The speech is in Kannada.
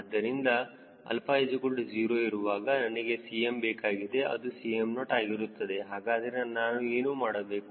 ಆದ್ದರಿಂದ 𝛼 0 ಇರುವಾಗ ನನಗೆ Cm ಬೇಕಾಗಿದೆ ಅದು Cm0 ಆಗಿರುತ್ತದೆ ಹಾಗಾದರೆ ನಾನು ಏನು ಮಾಡಬೇಕು